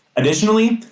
additionally,